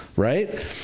Right